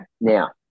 Now